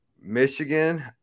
Michigan